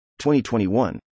2021